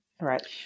Right